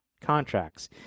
contracts